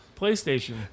PlayStation